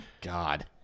God